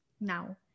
Now